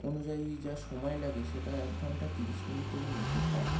অনুযায়ী যা সময় লাগে সেটা এক ঘন্টা তিরিশ মিনিটেরই মতো প্রায়